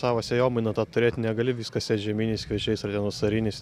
savo sėjomainą tą turėt negali viską sėt žieminiais kviečiais ar ten vasariniais